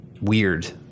weird